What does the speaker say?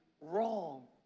wrong